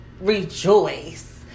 rejoice